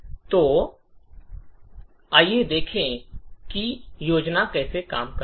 तो आइए देखें कि यह योजना कैसे काम करती है